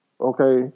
Okay